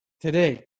today